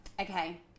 Okay